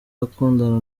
akundana